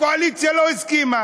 הקואליציה לא הסכימה.